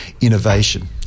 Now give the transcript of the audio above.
innovation